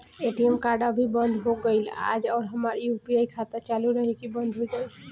ATM card अभी बंद हो गईल आज और हमार यू.पी.आई खाता चालू रही की बन्द हो जाई?